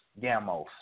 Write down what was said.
gamos